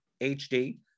HD